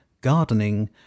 gardening